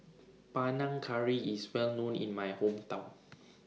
Panang Curry IS Well known in My Hometown